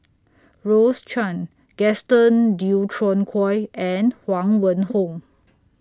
Rose Chan Gaston Dutronquoy and Huang Wenhong